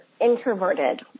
introverted